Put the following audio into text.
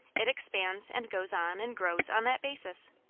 it expands, and goes on, and grows, on that basis.